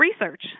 research